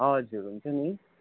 हजुर हुन्छ नि